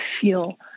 feel